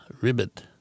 ribbit